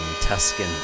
Tuscan